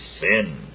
sin